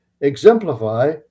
exemplify